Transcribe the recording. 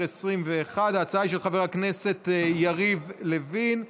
2021. ההצעה היא של חבר הכנסת יריב לוין,